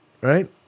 Right